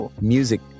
music